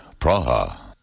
Praha